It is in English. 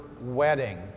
wedding